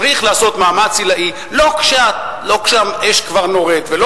צריך לעשות מאמץ עילאי לא כשהאש כבר נורית ולא